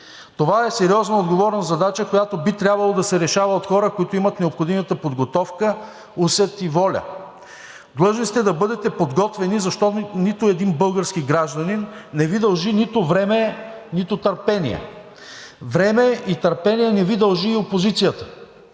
Това е сериозна и отговорна задача, която би трябвало да се решава от хора, които имат необходимата подготовка, усет и воля. Длъжни сте да бъдете подготвени, защото нито един български гражданин не Ви дължи нито време, нито търпение. Време и търпение не Ви дължи и опозицията.